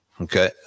Okay